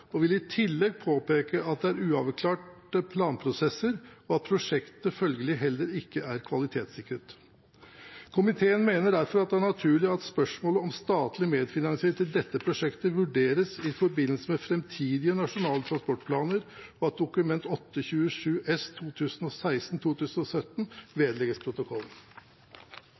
Den vil i tillegg påpeke at det er uavklarte planprosesser, og at prosjektet følgelig heller ikke er kvalitetssikret. Komiteen mener derfor det er naturlig at spørsmålet om statlig medfinansiering til dette prosjektet vurderes i forbindelse med framtidige nasjonale transportplaner, og at Dokument 8:27 S for 2016–2017 vedlegges protokollen.